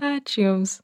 ačiū jums